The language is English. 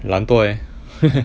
懒惰 eh